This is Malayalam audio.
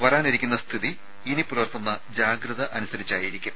വരാനിരിക്കുന്ന സ്ഥിതി ഇനി പുലർത്തുന്ന ജാഗ്രത അനുസരിച്ചായിരിക്കും